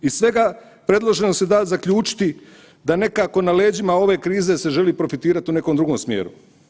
Iz svega predloženog se da zaključiti da nekako na leđima ove krize se želi profitirati u nekom drugom smjeru.